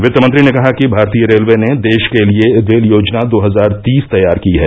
वित्तमंत्री ने कहा कि भारतीय रेलये ने देश के लिए रेल योजना दो हजार तीस तैयार की है